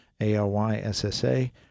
A-L-Y-S-S-A